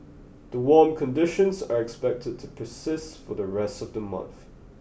the warm conditions are expected to persist for the rest of the month